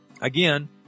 Again